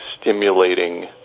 stimulating